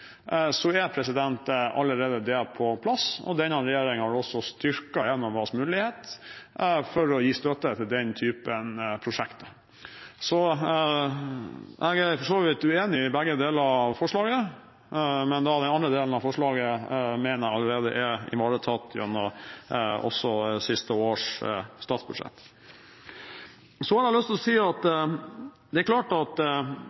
det allerede på plass. Denne regjeringen har også styrket Enovas mulighet til å gi støtte til den typen prosjekter. Så jeg er for så vidt uenig i begge deler av forslaget. Den andre delen av forslaget mener jeg allerede er ivaretatt også gjennom siste års statsbudsjett. Så har jeg lyst til å si at dette markedet har vokst. Det